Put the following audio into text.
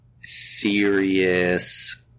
serious